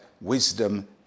wisdom